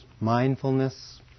mindfulness